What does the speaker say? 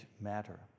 matter